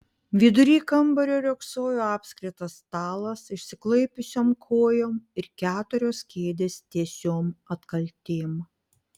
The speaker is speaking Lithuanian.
vidury kambario riogsojo apskritas stalas išsiklaipiusiom kojom ir keturios kėdės tiesiom atkaltėm